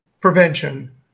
Prevention